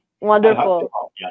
Wonderful